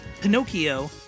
Pinocchio